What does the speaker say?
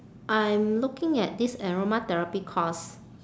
I'm looking at this aromatherapy course